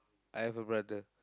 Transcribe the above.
I have a brother